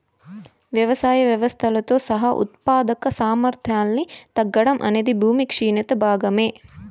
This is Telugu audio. వ్యవసాయ వ్యవస్థలతో సహా ఉత్పాదక సామర్థ్యాన్ని తగ్గడం అనేది భూమి క్షీణత భాగమే